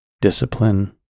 discipline